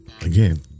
Again